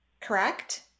correct